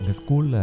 school